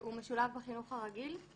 הוא משולב בחינוך הרגיל.